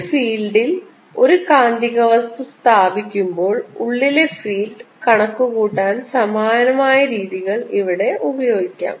ഒരു ഫീൽഡിൽ ഒരു കാന്തിക വസ്തു സ്ഥാപിക്കുമ്പോൾ ഉള്ളിലെ ഫീൽഡ് കണക്കുകൂട്ടാൻ സമാനമായ രീതികൾ ഇവിടെ ഉപയോഗിക്കാം